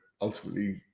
ultimately